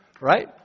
Right